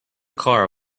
car